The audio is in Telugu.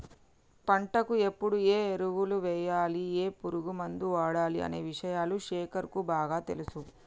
పంటకు ఎప్పుడు ఏ ఎరువులు వేయాలి ఏ పురుగు మందు వాడాలి అనే విషయాలు శేఖర్ కు బాగా తెలుసు